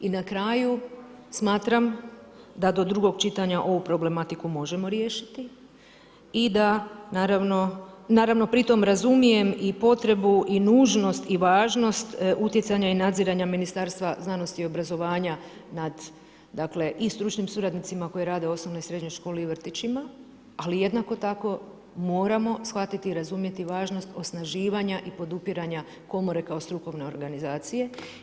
I na kraju, smatram da do drugog čitanja ovu problematiku možemo riješiti i da, naravno, pri tom razumijem i potrebu i nužnost i važnost utjecanja i nadziranja Ministarstva znanosti i obrazovanja nad, dakle, i stručnim suradnicima koji rade u osnovnoj i srednjoj školi i u vrtićima, ali jednako tako moramo shvatiti i razumjeti važnost osnaživanja i podupiranja komore kao strukovne organizacije.